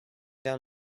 down